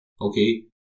Okay